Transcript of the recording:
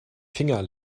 finger